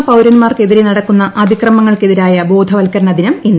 മുതിർന്ന പൌരൻമാർക്കെതിരെ നടക്കുന്ന അതിക്രമങ്ങൾക്കെതിരായ ബോധവൽക്കരണ ദിനം ഇന്ന്